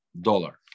dollar